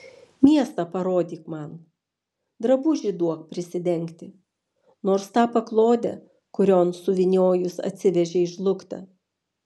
miestą parodyki man drabužį duok prisidengti nors tą paklodę kurion suvyniojus atsivežei žlugtą